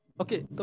Okay